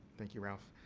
thank you, ralph.